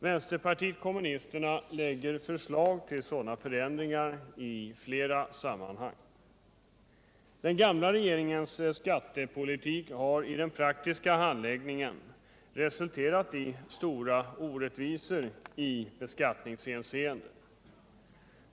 Vänsterpartiet kommunisterna lägger förslag till sådana förändringar i flera sammanhang. Den gamla regeringens skattepolitik har i den praktiska handläggningen resulterat i stora orättvisor i beskattningshänseende.